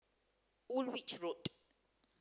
Woolwich Road